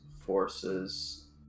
forces